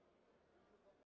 Дякую.